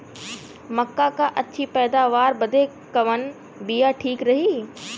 मक्का क अच्छी पैदावार बदे कवन बिया ठीक रही?